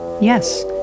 yes